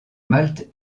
malte